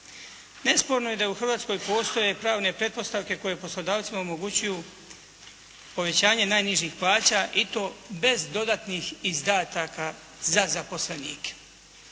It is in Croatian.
Nesporno je da u Hrvatskoj postoje pravne pretpostavke koje poslodavcima omogućuju povećanje najnižih plaća i to bez dodatnih izdataka za zaposlenike.